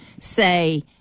say